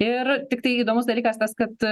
ir tiktai įdomus dalykas tas kad